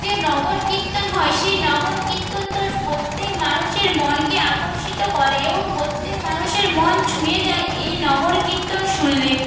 যে নগর কীর্তন হয় সেই নগর কীর্তন তো স প্রত্যেক মানুষের মনকে আকর্ষিত করে এবং প্রত্যেক মানুষের মন ছুঁয়ে যায় এই নগর কীর্তন শুনলে